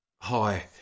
Hi